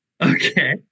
Okay